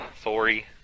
Sorry